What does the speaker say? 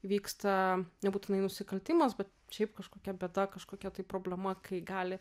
vyksta nebūtinai nusikaltimas bet šiaip kažkokia bėda kažkokia tai problema kai gali